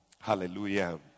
Hallelujah